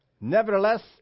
Nevertheless